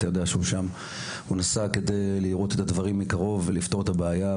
ונסע כדי לראות את הדברים מקרוב ולהבין איך אפשר לפתור את הבעיה.